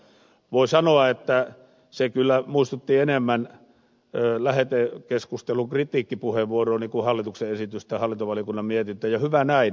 voi sanoa että hallintovaliokunnan mietintö kyllä muistutti enemmän lähetekeskustelun kritiikkipuheenvuoroa kuin hallituksen esitystä ja hyvä näin